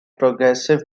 progressive